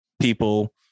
people